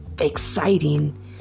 exciting